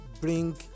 bring